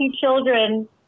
children